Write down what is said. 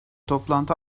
toplantı